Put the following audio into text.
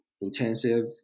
intensive